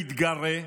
ומתגרה?